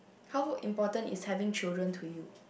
how important is having children to you